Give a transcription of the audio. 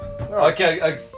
Okay